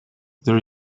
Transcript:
there